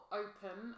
open